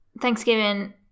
Thanksgiving